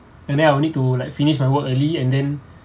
and then I will need to like finish my work early and then